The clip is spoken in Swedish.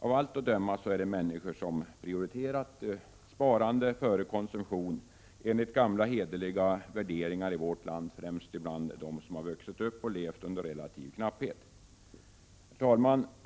Av allt att döma är det människor som prioriterat sparande före konsumtion — enligt gamla hederliga värderingar i vårt land, främst bland dem som vuxit upp och levat under relativt knapphet. Herr talman!